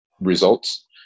results